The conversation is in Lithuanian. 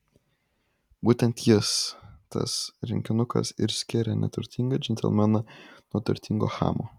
būtent jis tas rinkinukas ir skiria neturtingą džentelmeną nuo turtingo chamo